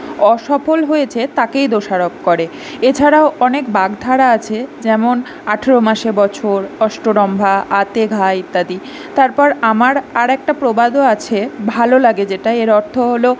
অসফল হয়েছে তাকেই দোষারোপ করে এছাড়াও অনেক বাগধারা আছে যেমন আঠেরো মাসে বছর অষ্টরম্ভা আঁতে ঘা ইত্যাদি তারপর আমার আর একটা প্রবাদও আছে ভালো লাগে যেটা এর অর্থ হলো